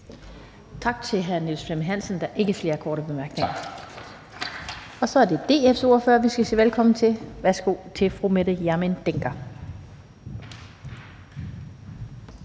Tak til hr. Niels Flemming Hansen. Der er ikke flere korte bemærkninger. Så er det DF's ordfører, vi skal sige velkommen til. Værsgo til fru Mette Hjermind Dencker.